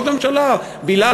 ראש הממשלה בילה,